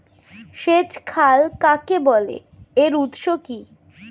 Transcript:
সেচ খাল কাকে বলে এর উৎস কি?